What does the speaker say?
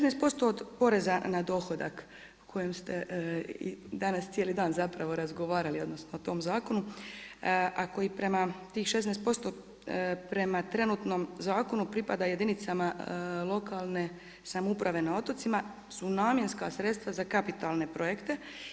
16% od poreza na dohodak o kojem ste danas cijeli dan zapravo razgovarali, odnosno o tom zakonu, a koji prema tih 16% prema trenutnom zakonu pripada jedinicama lokalne samouprave na otocima su namjenska sredstva za kapitalne projekte.